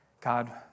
God